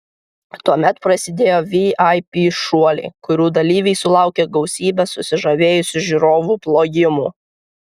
tuomet prasidėjo vip šuoliai kurių dalyviai sulaukė gausybės susižavėjusių žiūrovų plojimų